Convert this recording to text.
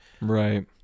Right